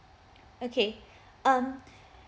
okay um